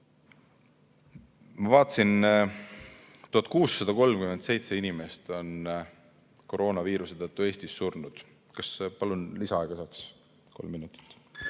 Ma vaatasin, 1637 inimest on koroonaviiruse tõttu Eestis surnud. Palun kas lisaaega saaks kolm minutit?